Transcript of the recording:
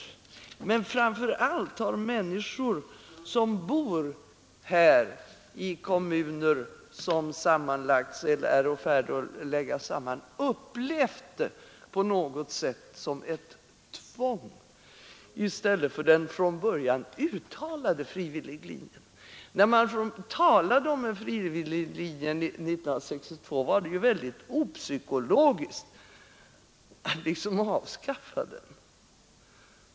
Men framför allt har människor som bor i kommuner som sammanlagts eller är på väg att läggas samman på något sätt upplevt sammanläggningen som ett tvång i stället för den från början uttalade frivilligheten. När man beslöt om en frivilliglinje 1962 var det mycket opsykologiskt att senare avskaffa den.